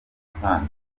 musanze